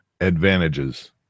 advantages